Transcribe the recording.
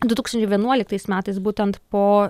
du tūkstančiai vienuoliktais metais būtent po